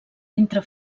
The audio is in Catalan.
entre